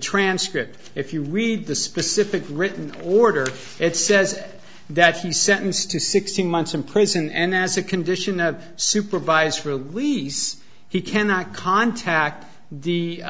transcript if you read the specific written order it says that he sentenced to sixteen months in prison and as a condition of supervised release he cannot contact the